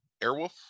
Airwolf